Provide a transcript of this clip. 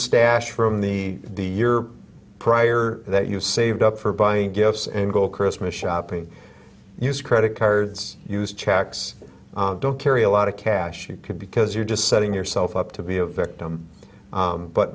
stash from the your prior that you've saved up for buying gifts and go christmas shopping use credit cards use checks don't carry a lot of cash you can because you're just setting yourself up to be a victim